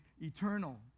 eternal